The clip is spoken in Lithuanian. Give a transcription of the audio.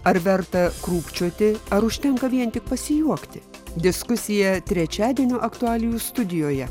ar verta krūpčioti ar užtenka vien tik pasijuokti diskusija trečiadienio aktualijų studijoje